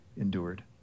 endured